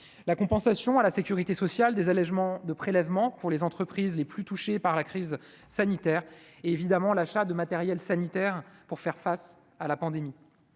la compensation à la sécurité sociale des allégements de prélèvements pour les entreprises les plus touchés par la crise sanitaire évidemment l'achat de matériel sanitaire pour faire face à la pandémie,